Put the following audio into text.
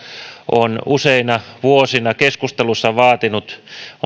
on useina vuosina keskusteluissa vaatinut